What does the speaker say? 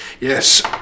Yes